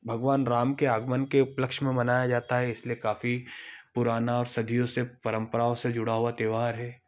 भगवान राम के आगमन के उपलक्ष में मनाया जाता है इसलिए काफी पुराना और सदियों से परंपराओं से जुड़ा हुआ त्यौहार है